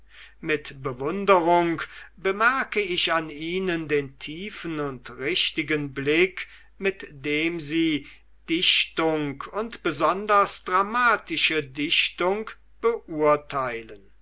mit bewunderung bemerke ich an ihnen den tiefen und richtigen blick mit dem sie dichtung und besonders dramatische dichtung beurteilen